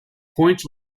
point